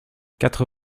quatre